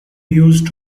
used